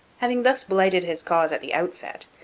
having thus blighted his cause at the outset,